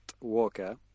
Walker